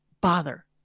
bother